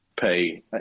pay